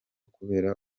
kubera